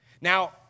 Now